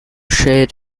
shed